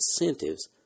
incentives